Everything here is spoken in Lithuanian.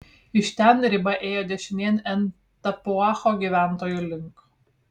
iš ten riba ėjo dešinėn en tapuacho gyventojų link